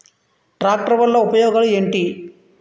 Tractor వల్ల ఉపయోగాలు ఏంటీ?